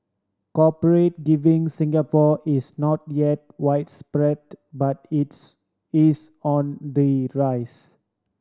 corporate giving Singapore is not yet widespread but its is on the rise